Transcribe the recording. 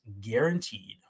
guaranteed